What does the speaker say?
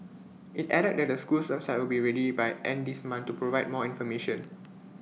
IT added that the school's website will be ready by end this month to provide more information